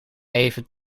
even